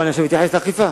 עכשיו אני אתייחס לאכיפה.